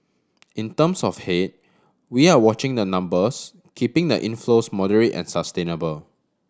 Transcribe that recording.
in terms of head we are watching the numbers keeping the inflows moderate and sustainable